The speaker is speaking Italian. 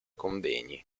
convegni